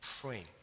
Praying